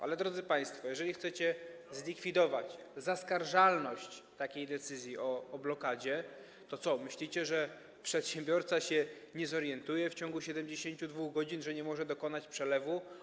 Ale drodzy państwo, jeżeli chcecie zlikwidować zaskarżalność decyzji o blokadzie, to co myślicie, że przedsiębiorca nie zorientuje się w ciągu 72 godzin, że nie może dokonać przelewu?